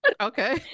Okay